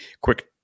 quick